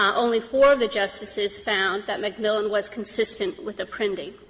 um only four of the justices found that mcmillan was consistent with apprendi.